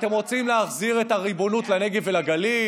אתם רוצים להחזיר את הריבונות לנגב ולגליל?